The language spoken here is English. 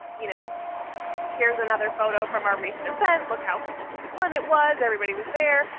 you know here's another photo from our recent event. look how fun it was. everybody was there.